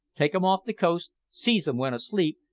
take em off the coast, seize em when asleep,